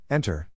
Enter